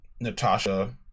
Natasha